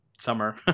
Summer